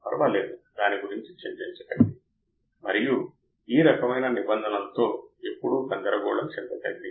ఇవన్నీ మీరు బ్లాక్ రేఖాచిత్రం గురించి మాట్లాడేటప్పుడు మరింత అర్థం చేసుకుంటారు